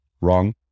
wrong